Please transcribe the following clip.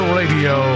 radio